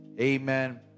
Amen